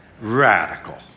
radical